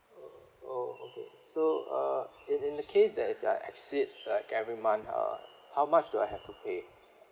oh okay so uh in in the case that if I exceed like every month uh how much do I have pay